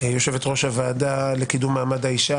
יושבת-ראש הוועדה לקידום מעמד האישה,